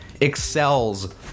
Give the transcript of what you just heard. excels